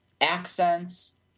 accents